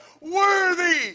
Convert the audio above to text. worthy